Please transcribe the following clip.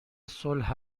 صلح